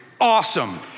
awesome